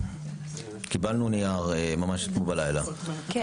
קיבלנו נייר ממש אתמול בלילה, לגבי המשקולות.